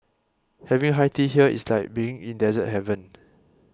having high tea here is like being in dessert heaven